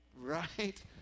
Right